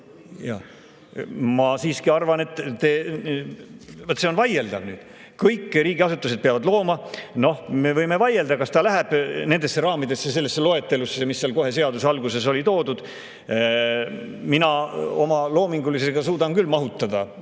Ma siiski arvan, et see on vaieldav. Kõik riigiasutused peavad [selle kanali] looma. Noh, me võime vaielda, kas ta läheb nendesse raamidesse, sellesse loetelusse, mis seal kohe seaduse alguses on toodud. Mina oma loomingulisusega suudan küll mahutada